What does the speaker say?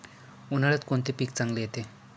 उन्हाळ्यात कोणते पीक चांगले येते?